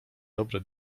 dobre